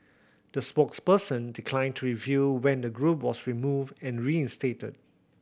the spokesperson declined to reveal when the group was removed and reinstated